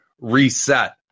reset